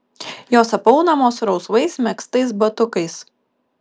jos apaunamos rausvais megztais batukais